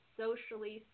socially